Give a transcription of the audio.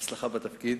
בהצלחה בתפקיד.